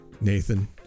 Nathan